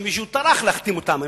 שמישהו טרח להחתים אותם עליו.